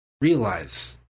realize